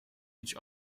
each